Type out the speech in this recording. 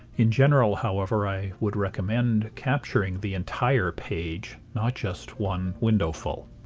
in general, however, i would recommend capturing the entire page not just one window-full.